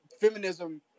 feminism